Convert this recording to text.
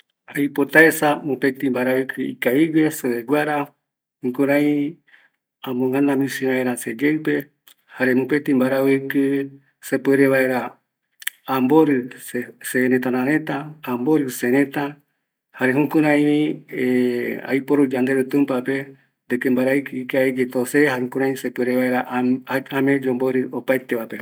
Aipotaesa mopetɨ mbaravɨkɨ ikavigue seveguara, jukurai amogana misi vaera seyeɨpe, jare moeti mbaravɨkɨ se puere vaera amborɨ sërëtärareta, amborɨ sërëtä, jare jukuraivi aiporu yanderu tumpape, jare mbaravɨkɨ ikavigue tou se jukurai ame vaera yomborɨ opaetevape